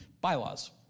bylaws